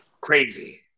crazy